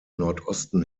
nordosten